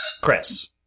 Chris